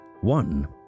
One